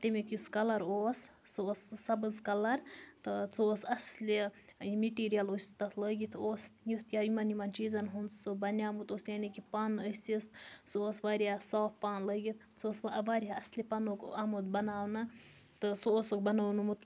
تمیُک یُس کَلَر اوس سُہ اوس سَبز کَلَر تہٕ سُہ اوس اصلہِ میٚٹیٖریل اوس تتھ لٲگِتھ اوس یُتھ یا یِمَن یِمَن چیٖزَن ہُنٛد سُہ بَنیومُت اوس یعنی کہِ پَن ٲسِس سُہ اوس واریاہ صاف پَن لٲگِتھ سُہ اوس واریاہ اصلہِ پَنُک آمُت بَناونہٕ تہٕ سُہ اوسُکھ بَنوونومُت